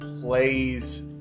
plays